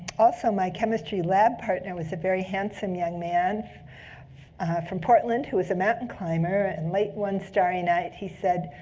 also, my chemistry lab partner was a very handsome young man from portland who was a mountain climber. and late one starry night, he said,